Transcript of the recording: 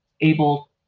able